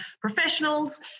professionals